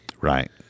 Right